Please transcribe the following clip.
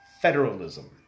federalism